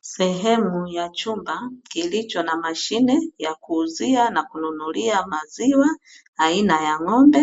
Sehemu ya chumba kilicho na mashine ya kuuzia na kununulia maziwa aina ya ng'ombe,